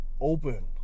open